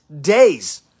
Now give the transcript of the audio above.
days